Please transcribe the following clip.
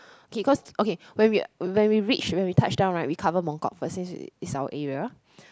kay cause okay when we when we reach when we touchdown right we cover Mongkok first since it's our area